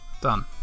Done